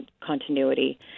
continuity